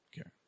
Okay